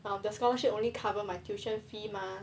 um the scholarship only cover my tuition fee mah